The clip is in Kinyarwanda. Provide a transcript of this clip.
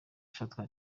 ifatwa